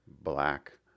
Black